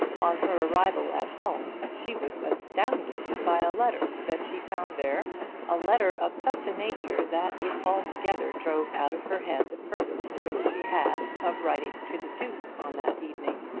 on her arrival at home, she was astounded by a letter that she found there a letter of such a nature that it altogether drove out of her head the purpose which she had of writing to the duke on that evening.